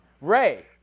Ray